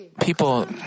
people